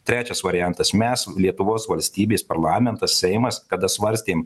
trečias variantas mes lietuvos valstybės parlamentas seimas kada svarstėm